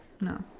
No